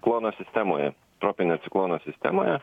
klono sistemoje tropinio ciklono sistemoje